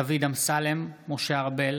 דוד אמסלם, משה ארבל,